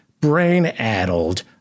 brain-addled